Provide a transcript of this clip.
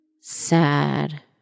Sad